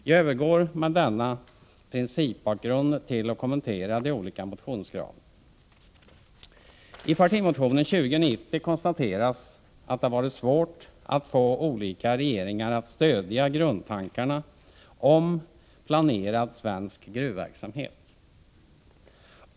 Jag övergår, mot denna principbakgrund, till att kommentera de olika motionskraven. I partimotionen 2090 konstateras att det varit svårt att få olika regeringar att stödja grundtankarna om planerad svensk gruvverksamhet.